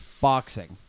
boxing